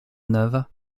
neuves